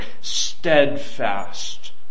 steadfast